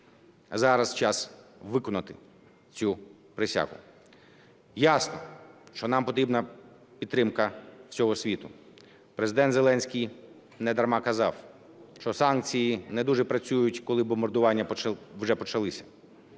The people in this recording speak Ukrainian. зараз час виконати цю присягу. Ясно, що нам потрібна підтримка всього світу, Президент Зеленський недарма казав, що санкції не дуже працюють, коли бомбардування вже почалися.